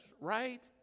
right